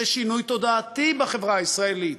זה שינוי תודעתי בחברה הישראלית,